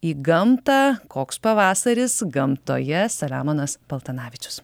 į gamtą koks pavasaris gamtoje saliamonas paltanavičius